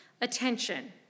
attention